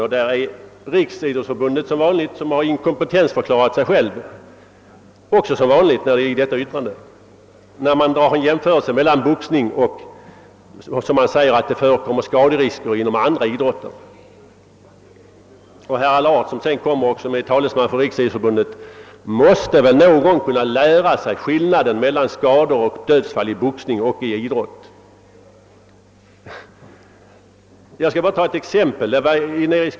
Som vanligt har Riksidrottsförbundet i sitt yttrande inkompetensförklarat sig självt, när RF skriver att skador förekommer även inom andra idrotter, inte bara inom boxningen. Men herr Allard, som litet senare kommer att ta till orda här som talesman för Riksidrottsförbundet, borde väl någon gång kunna lära sig skillnaden mellan skador och dödsfall i boxning och i idrotter. Jag skall här bara ta ett exempel.